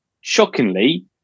shockingly